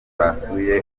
basuye